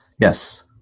Yes